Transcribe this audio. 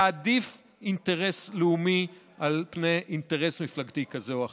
להעדיף אינטרס לאומי על אינטרס מפלגתי כזה או אחר.